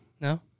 No